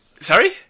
Sorry